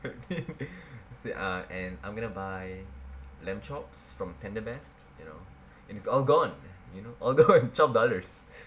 ah and I'm gonna buy lamb chop from Tenderbest you know and it's all gone you know although I have twelve dollars